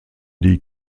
die